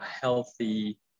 healthy